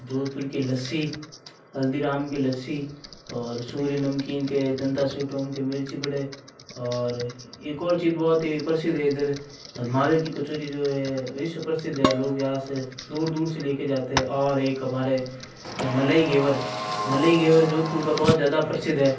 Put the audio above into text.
जोधपुर की लस्सी हल्दीराम की लस्सी और सूर्य नमकीन की जनता स्वीट होम की मिर्ची बड़े और एक और चीज़ बहुत ही प्रसिद्ध है इधर मावे की कचोरी जो है विश्व प्रसिद्ध है लोग यहाँ से दूर दूर से लेके जाते हैं और एक हमारे मलाई घेवर मलाई घेवर जोधपुर का बहुत ज़्यादा प्रसिद्ध है